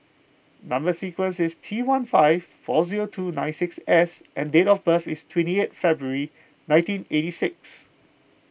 Number Sequence is T one five four zero two nine six S and date of birth is twenty eighth February nineteen eighty six